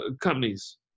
companies